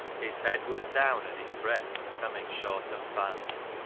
his head was down and his breath was coming short and fast.